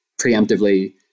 preemptively